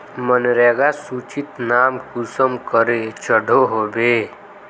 मनरेगा सूचित नाम कुंसम करे चढ़ो होबे?